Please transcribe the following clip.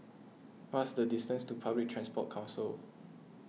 what is the distance to Public Transport Council